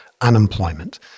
unemployment